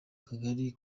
kagari